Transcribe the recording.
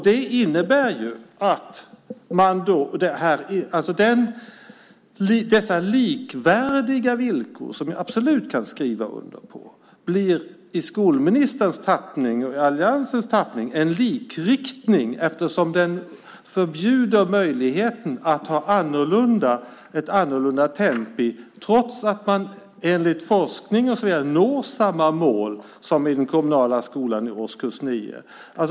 Det innebär att dessa likvärdiga villkor, som jag absolut kan skriva under på, i skolministerns och alliansens tappning blir en likriktning. Nu förbjuds möjligheten att ha annorlunda tempon, trots att man enligt gällande forskning når samma mål som i den kommunala skolan i årskurs 9.